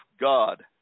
God